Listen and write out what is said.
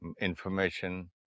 information